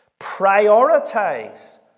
Prioritize